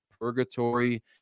purgatory